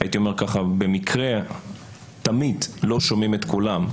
במקרה תמיד לא שומעים את קולם.